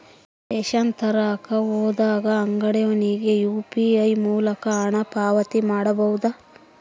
Ration ತರಕ ಹೋದಾಗ ಅಂಗಡಿಯವನಿಗೆ ಯು.ಪಿ.ಐ ಮೂಲಕ ಹಣ ಪಾವತಿ ಮಾಡಬಹುದಾ?